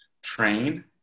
train